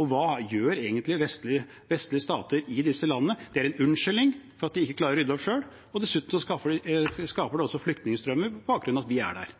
Og hva gjør egentlig vestlige stater i disse landene? Det er en unnskyldning for at de ikke klarer å rydde opp selv. Dessuten skapes det også flyktningestrømmer på bakgrunn av at vi er der.